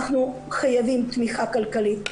אנחנו חייבים תמיכה כלכלית.